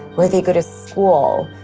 where they go to school.